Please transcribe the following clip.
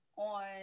On